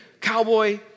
cowboy